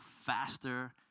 faster